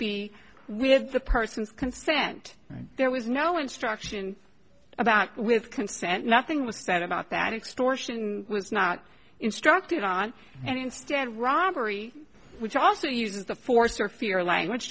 be with the person's consent there was no instruction about with consent nothing was said about that explore sion was not instructed on and instead robbery which also uses the force or fear language